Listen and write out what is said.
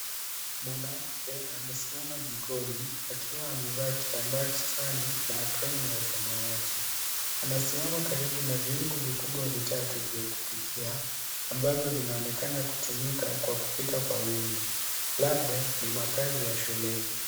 Mwanamke amesimama jikoni akiwa amevaa kitambaa kichwani na aproni ya samawati. Anasimama karibu na viungo vitatu vikubwa vya kupikia, ambavyo inaonekana kutumika kwa kupika kwa wingi. Labda ni makazi ya shuleni.